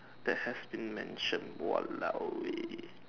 that has been mention !walao! eh